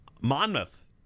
Monmouth